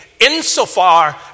insofar